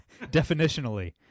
Definitionally